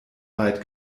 weit